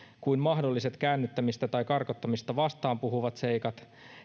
kuin mahdolliset käännyttämistä tai karkottamista vastaan puhuvat seikat